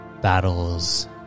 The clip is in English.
battles